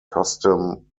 custom